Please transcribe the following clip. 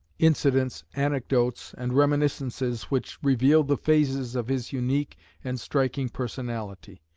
incidents, anecdotes, and reminiscences which reveal the phases of his unique and striking personality.